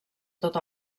tot